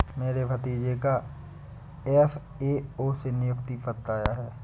मेरे भतीजे का एफ.ए.ओ से नियुक्ति पत्र आया है